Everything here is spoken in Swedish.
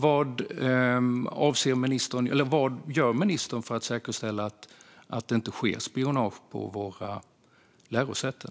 Vad gör ministern för att säkerställa att det inte sker spionage på våra lärosäten?